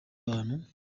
abantu